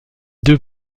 deux